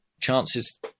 Chances